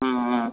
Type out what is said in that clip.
ம் ம்